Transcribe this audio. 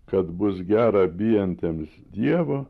kad bus gera bijantiems dievo